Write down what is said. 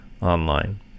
online